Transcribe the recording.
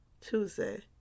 Tuesday